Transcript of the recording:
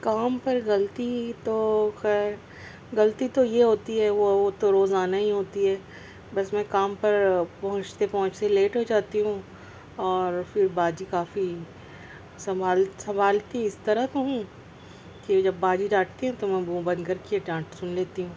کام پر غلطی تو خیر غلطی تو یہ ہوتی ہے وہ وہ تو روزانہ ہی ہوتی ہے بس میں کام پر پہنچتے پہنچتے لیٹ ہو جاتی ہوں اور پھر باجی کافی سنبھال سنبھالتی اس طرح کہوں کہ جب باجی ڈانٹتی ہیں تو میں منہ بند کر کے ڈانٹ سن لیتی ہوں